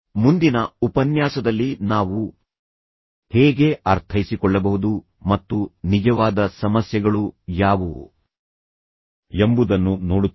ಮುಂದಿನ ಉಪನ್ಯಾಸದಲ್ಲಿ ನಾವು ಹೇಗೆ ಅರ್ಥೈಸಿಕೊಳ್ಳಬಹುದು ಮತ್ತು ನಿಜವಾದ ಸಮಸ್ಯೆಗಳು ಯಾವುವು ಎಂಬುದನ್ನು ನೋಡುತ್ತೇವೆ